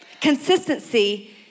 Consistency